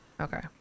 Okay